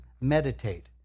meditate